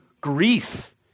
grief